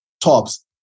tops